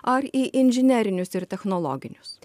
ar į inžinerinius ir technologinius